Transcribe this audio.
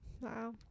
Wow